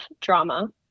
drama